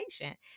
patient